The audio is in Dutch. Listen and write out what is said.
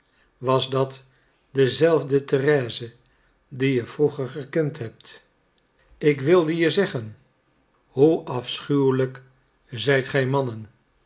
was dat dezelfde thérèse die je vroeger gekend hebt ik wilde je zeggen hoe afschuwelijk zijt gij mannen